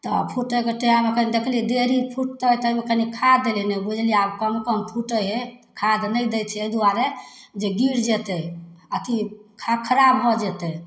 तऽ फुटैके टाइम एखन देखली देरी फुटतै ताहिमे कनि खाद देली बुझलिए जे आब कम कम फुटै हइ खाद नहि दै छिए एहि दुआरे जे गिर जेतै अथी खखरा भऽ जेतै